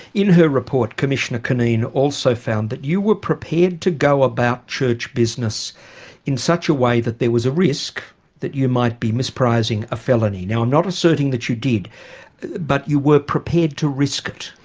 in her report commissioner cunneen also found that you were prepared to go about church business in such a way that there was a risk that you might be misprising a felony, now i'm not asserting that you did but you were prepared to risk it.